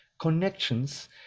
connections